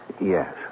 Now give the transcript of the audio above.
Yes